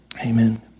Amen